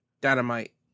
dynamite